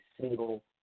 single